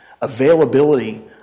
availability